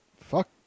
Fuck